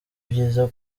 ibyiza